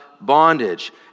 bondage